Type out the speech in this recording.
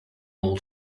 old